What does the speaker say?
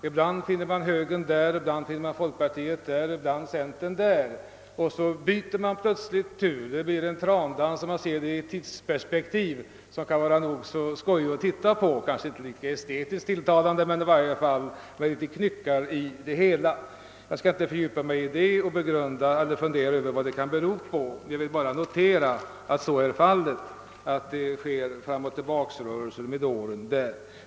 Ibland finner man högern där, ibland folkpartiet där och ibland centerpartiet, och så byter de plötsligt tur. När man ser det i tidsperspektiv blir det som en trandans som kan vara ganska skojig att titta på, kanske inte så estetiskt tilltalande men i varje fall med litet knyckar i det hela. Jag skall inte fördjupa mig i vad det kan bero på, utan jag vill bara notera att det sker rörelser där fram och tillbaka under åren.